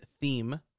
theme